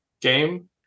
game